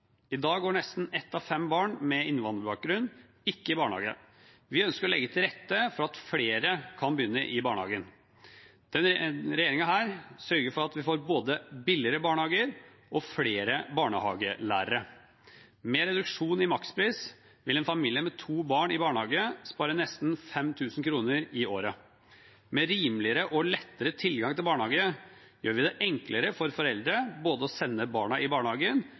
I dag går nesten ett av fem barn med innvandrerbakgrunn ikke i barnehage. Vi ønsker å legge til rette for at flere kan begynne i barnehage. Denne regjeringen sørger for at vi både får billigere barnehageplass og flere barnehagelærere. Med en reduksjon i makspris vil en familie med to barn i barnehage spare nesten 5 000 kr i året. Med rimeligere og lettere tilgang til barnehageplass gjør vi det enklere for foreldre å sende barn i barnehagen